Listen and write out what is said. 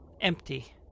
empty